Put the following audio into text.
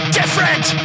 different